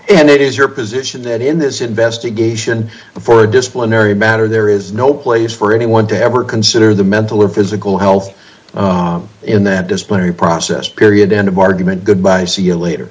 and it is your position that in this investigation before a disciplinary matter there is no place for anyone to ever consider the mental or physical health oh in that disciplinary process period end of argument goodbye see you later